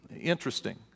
Interesting